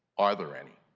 are there any?